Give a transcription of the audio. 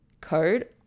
code